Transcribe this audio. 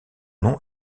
nom